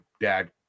dad